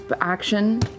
action